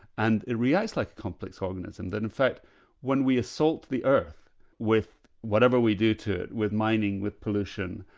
and it reacts like a complex organism, that in fact when we assault the earth with whatever we do to it, with mining, with pollution,